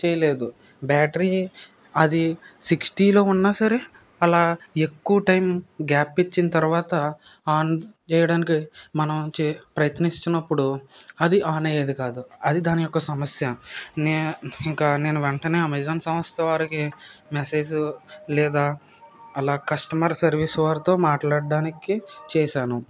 చేయలేదు బ్యాటరీ అది సిక్స్టీలో ఉన్న సరే అలా ఎక్కువ టైం గ్యాప్ ఇచ్చిన తర్వాత ఆన్ చేయడానికి మనం చే ప్రయత్నిస్తున్నప్పుడు అది ఆన్ అయ్యేది కాదు అది దాని యొక్క సమస్య నే ఇంకా నేను వెంటనే అమెజాన్ సంస్థ వారికి మెసేజ్ లేదా అలా కస్టమర్ సర్వీస్ వారితో మాట్లాడడానికి చేశాను